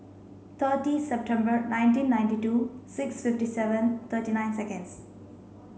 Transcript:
thirty September nineteen ninety two six fifty seven thirty nine seconds